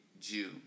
Jew